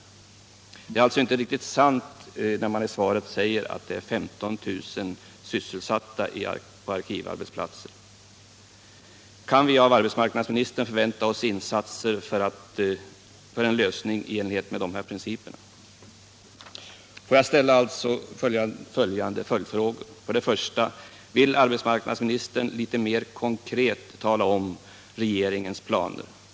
Det är alltså inte riktigt sant när man i svaret säger att 15 000 personer är sysselsatta på arkivarbetsplatser. Kan vi av arbetsmarknadsministern förvänta oss insatser för en lösning i enlighet med de här principerna? Vill arbetsmarknadsministern litet mer konkret tala om regeringens planer?